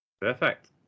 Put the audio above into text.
Perfect